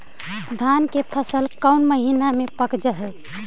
धान के फसल कौन महिना मे पक हैं?